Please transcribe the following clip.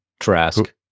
Trask